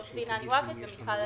עורך הדין האני ואקד, ומיכל,